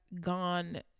gone